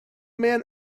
man